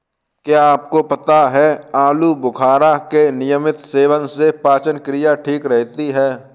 क्या आपको पता है आलूबुखारा के नियमित सेवन से पाचन क्रिया ठीक रहती है?